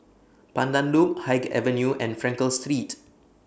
Pandan Loop Haig Avenue and Frankel Street